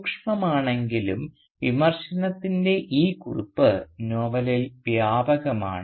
സൂക്ഷ്മമാണെങ്കിലും വിമർശനത്തിൻറെ ഈ കുറിപ്പ് നോവലിൽ വ്യാപകമാണ്